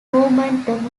momentum